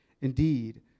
Indeed